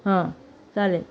हां चालेल